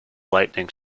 lightning